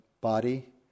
body